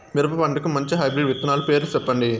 మిరప పంటకు మంచి హైబ్రిడ్ విత్తనాలు పేర్లు సెప్పండి?